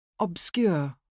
Obscure